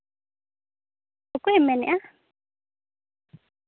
ᱚᱠᱚᱭᱮᱢ ᱢᱮᱱᱮᱜᱼᱟ